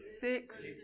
six